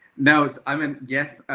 now, i mean yes.